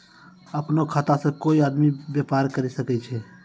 अपनो खाता से कोय आदमी बेपार करि सकै छै